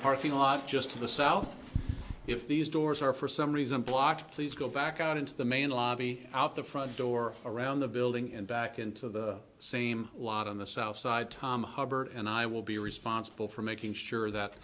parking lot just to the south if these doors are for some reason blocked please go back out into the main lobby out the front door around the building and back into the same lot on the south side tom hubbard and i will be responsible for making sure that